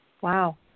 Wow